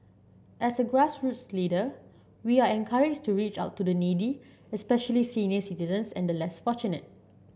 as a grassroots leader we are encouraged to reach out to the needy especially senior citizens and the less fortunate